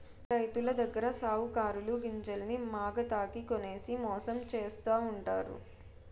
రైతులదగ్గర సావుకారులు గింజల్ని మాగతాకి కొనేసి మోసం చేస్తావుంటారు